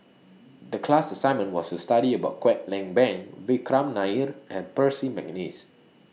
The class assignment was to study about Kwek Leng Beng Vikram Nair and Percy Mcneice